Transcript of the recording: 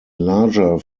larger